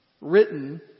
Written